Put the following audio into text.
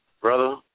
Brother